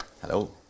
Hello